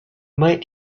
might